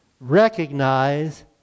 recognize